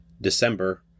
December